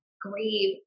grieve